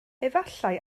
efallai